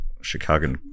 Chicago